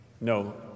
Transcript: No